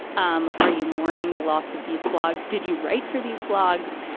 um are you mourning the loss of these blogs? did you write for these blogs?